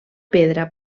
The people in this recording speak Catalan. pedra